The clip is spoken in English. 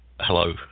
hello